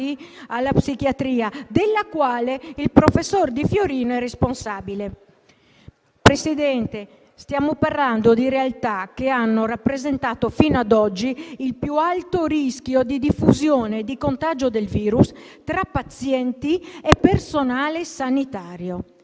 alla psichiatria, della quale il professor Di Fiorino è responsabile. Signor Presidente, stiamo parlando di realtà che hanno rappresentato, fino ad oggi, il più alto rischio di diffusione di contagio del virus tra pazienti e personale sanitario.